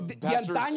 pastors